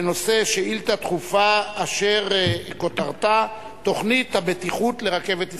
שאילתא דחופה אשר כותרתה: תוכנית הבטיחות לרכבת ישראל.